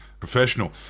Professional